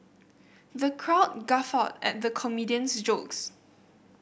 the crowd guffawed at the comedian's jokes